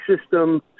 system